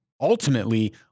ultimately